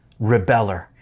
rebeller